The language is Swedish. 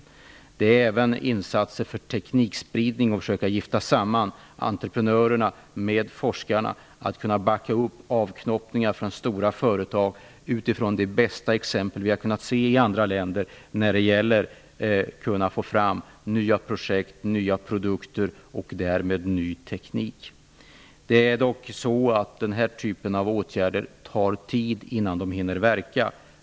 Vi har också gjort insatser för teknikspridning genom att utifrån de bästa exempel som vi har kunnat se i andra länder försöka ''gifta samman'' entreprenörerna med forskarna för att backa upp avknoppningar från stora företag, så att man kan få fram nya projekt och nya produkter och därmed ny teknik. Det tar dock tid innan denna typ av åtgärder hinner verka.